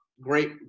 Great